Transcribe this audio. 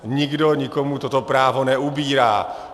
Nikdo nikomu toto právo neubírá.